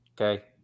Okay